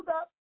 up